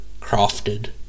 crafted